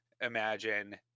imagine